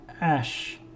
Ash